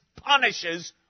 punishes